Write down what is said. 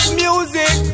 music